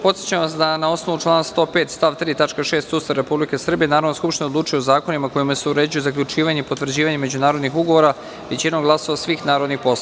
Podsećam vas da, na osnovu člana 105. stav 3. tačka 6. Ustava Republike Srbije, Narodna skupština odlučuje o zakonima kojima se uređuje zaključivanje i potvrđivanje međunarodnih ugovora većinom glasova svih narodnih poslanika.